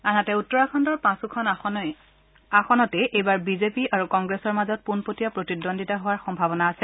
আনহাতে উত্তৰাখণ্ডৰ পাঁচোখন আসনতেই এইবাৰ বিজেপি আৰু কংগ্ৰেছৰ মাজত পোনপটীয়া প্ৰতিদ্বন্দিতা হোৱাৰ সভাৱনা আছে